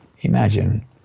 imagine